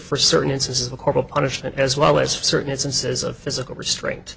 for certain instances of corporal punishment as well as certain instances of physical restr